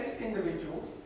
individuals